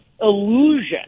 illusion